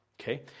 Okay